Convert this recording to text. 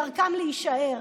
דרכם להישאר,